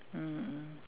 mm mm